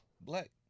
Black